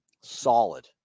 Solid